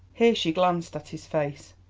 here she glanced at his face.